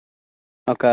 ఇదే నెంబరు